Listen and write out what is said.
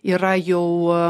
yra jau